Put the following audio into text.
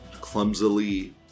clumsily